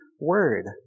word